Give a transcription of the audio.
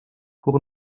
pour